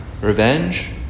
Revenge